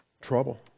trouble